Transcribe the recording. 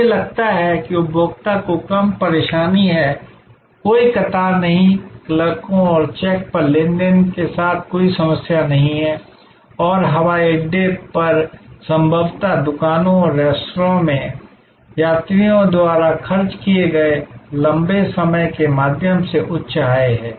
मुझे लगता है कि उपभोक्ता को कम परेशानी है कोई कतार नहीं है क्लर्कों और चेक पर लेनदेन के साथ कोई समस्या नहीं है और हवाई अड्डे पर संभवतः दुकानों और रेस्तरां में यात्रियों द्वारा खर्च किए गए लंबे समय के माध्यम से उच्च आय है